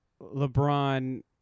LeBron